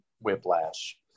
Whiplash